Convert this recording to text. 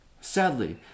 sadly